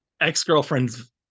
Ex-girlfriend's